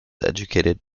educated